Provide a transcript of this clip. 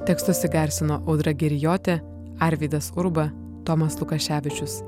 tekstus įgarsino odra girijotė arvydas urba tomas lukaševičius